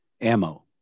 ammo